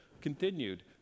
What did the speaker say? continued